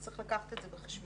צריך לקחת את זה בחשבון